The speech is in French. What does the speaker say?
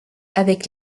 avec